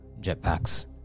jetpacks